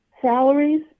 salaries